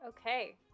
Okay